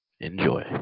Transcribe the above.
Enjoy